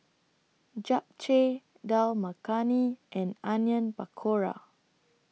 Japchae Dal Makhani and Onion Pakora